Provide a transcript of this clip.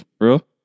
Real